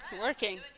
so working